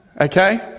okay